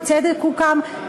בצדק הוקם,